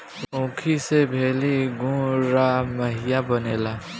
ऊखी से भेली, गुड़, राब, माहिया बनेला